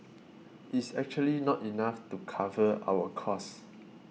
is actually not enough to cover our cost